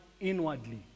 inwardly